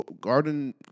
Garden